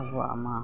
ᱟᱵᱚᱣᱟᱜᱼᱢᱟ